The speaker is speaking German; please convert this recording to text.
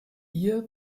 ihr